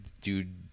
dude